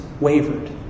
wavered